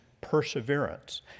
perseverance